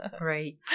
right